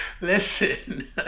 listen